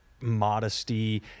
modesty